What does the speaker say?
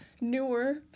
newer